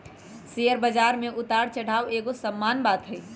share बजार में उतार चढ़ाओ एगो सामान्य बात हइ